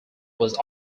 was